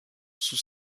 sous